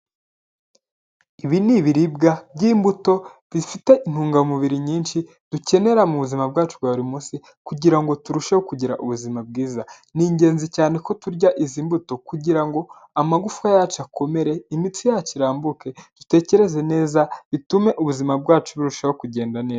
Ibi ni ibiribwa by'imbuto bifite intungamubiri nyinshi dukenera mu buzima bwacu bwa buri munsi kugira ngo turusheho kugira ubuzima bwiza, ni ingenzi cyane ko turya izi mbuto kugira ngo amagufwa yacu akomere, imitsi yacu irambuke, dutekereze neza bitume ubuzima bwacu burushaho kugenda neza.